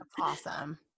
Awesome